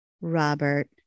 Robert